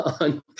on